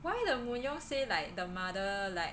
why the Moon Young say like the mother like